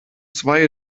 zwei